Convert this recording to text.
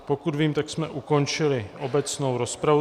Pokud vím, tak jsme ukončili obecnou rozpravu.